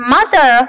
Mother